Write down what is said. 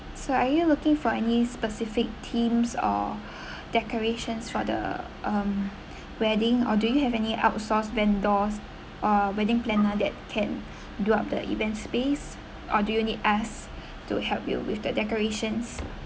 so are you looking for any specific teams or decorations for the um wedding or do you have any outsource vendors uh wedding planner that can do up the event space or do you need us to help you with the decorations